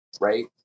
right